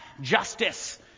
justice